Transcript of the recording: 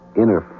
inner